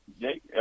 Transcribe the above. Jake